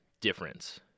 difference